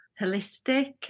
holistic